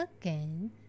again